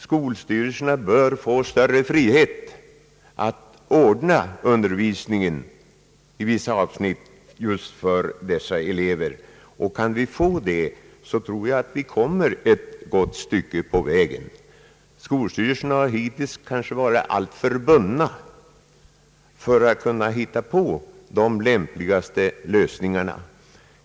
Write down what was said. Skolstyrelserna bör få större frihet att ordna undervisningen i vissa avsnitt just för dessa elever. Skolstyrelserna har kanske hittills varit alltför bundna för att kunna finna de lämpligaste lösningarna.